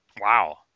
Wow